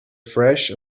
fresh